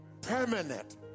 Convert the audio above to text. permanent